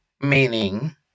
meaning